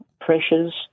pressures